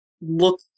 look